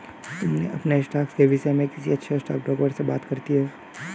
तुम अपने स्टॉक्स के विष्य में किसी अच्छे स्टॉकब्रोकर से बात कर सकते हो